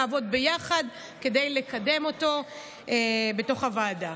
נעבוד ביחד כדי לקדם אותו בתוך הוועדה.